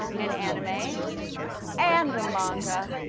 an anime and a manga.